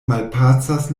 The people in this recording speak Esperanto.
malpacas